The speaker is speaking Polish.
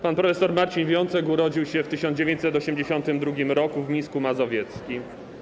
Pan prof. Marcin Wiącek urodził się w 1982 r. w Mińsku Mazowieckim.